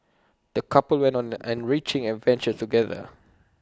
the couple went on an enriching adventure together